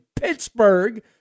Pittsburgh